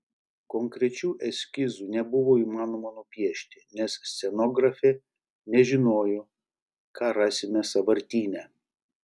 konkrečių eskizų nebuvo įmanoma nupiešti nes scenografė nežinojo ką rasime sąvartyne